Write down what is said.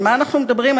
על מה אנחנו מדברים?